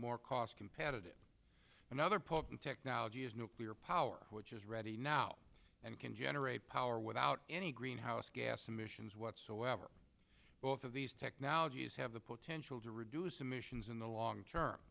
more cost competitive another potent technology is nuclear power which is ready now and can generate power without any greenhouse gas emissions whatsoever both of these technologies have the potential to reduce emissions in the long term